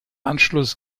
anschluss